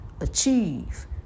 achieve